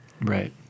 right